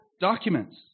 documents